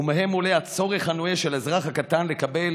ומהן עולה הצורך הנואש של האזרח הקטן לקבל